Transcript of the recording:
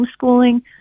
homeschooling